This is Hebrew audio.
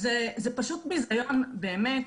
זה פשוט בזיון באמת.